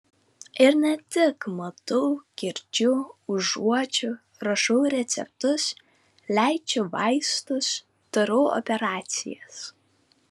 ir ne tik matau girdžiu užuodžiu rašau receptus leidžiu vaistus darau operacijas